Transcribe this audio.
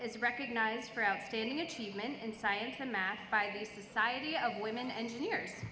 is recognized for outstanding achievement and science and math by a society of women engineers